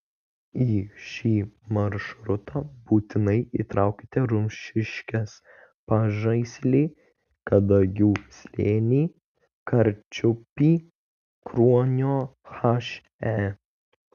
į šį maršrutą būtinai įtraukite rumšiškes pažaislį kadagių slėnį karčiupį kruonio he